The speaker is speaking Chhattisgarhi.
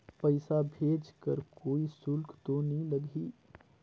पइसा भेज कर कोई शुल्क तो नी लगही?